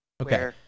okay